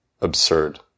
absurd